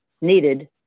needed